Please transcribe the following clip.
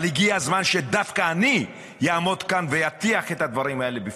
אבל הגיע הזמן שדווקא אני אעמוד כאן ואטיח את הדברים האלה בפניכם: